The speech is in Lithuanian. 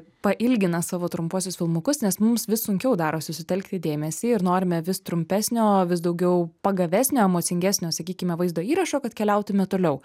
pailgina savo trumpuosius filmukus nes mums vis sunkiau darosi sutelkti dėmesį ir norime vis trumpesnio vis daugiau pagavesnio emocingesnio sakykime vaizdo įrašo kad keliautume toliau